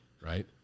right